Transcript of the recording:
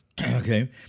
okay